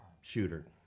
shooter